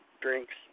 drinks